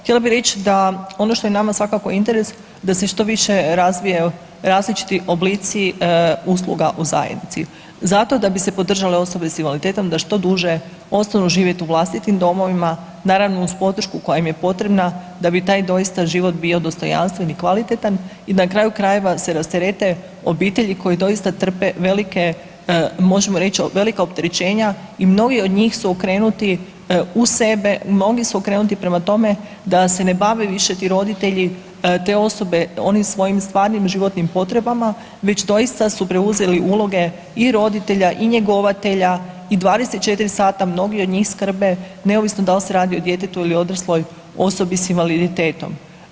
Htjela bi reći da ono što je nama svakako interes, da se što više razvije različiti oblici usluga u zajednici zato da bi se podržale osobe s invaliditetom da što duže ostanu živjeti u vlastitim domovima, naravno, uz podršku koja im je potrebna, da bi taj doista život bio dostojanstven i kvalitetan i na kraju krajeva, se rasterete obitelji koje doista trpe velike, možemo reći, velika opterećenja i mnogi od njih su okrenuti u sebe, mnogi su okrenuti prema tome da se ne bave više ti roditelji te osobe, onim svojim stvarnim životnim potrebama, već doista su preuzeli uloge i roditelja i njegovatelja i 24 h mnogi od njih skrbe, neovisno da li se radi o djetetu ili odrasloj osobi s invaliditetom.